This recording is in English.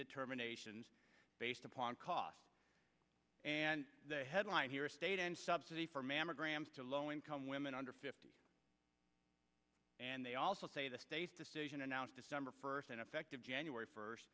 determinations based upon cost the headline here a state subsidy for mammograms to low income women under fifty and they also say the state's decision announced december first an effective january first